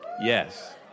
Yes